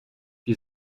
die